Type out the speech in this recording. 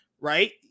right